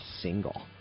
single